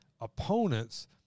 opponents